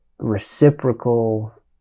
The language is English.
reciprocal